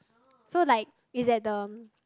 so like is at the